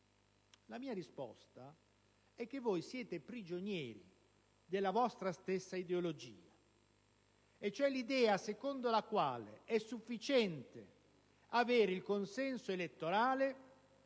La mia risposta è che voi siete prigionieri della vostra stessa ideologia, cioè dell'idea secondo la quale è sufficiente avere il consenso elettorale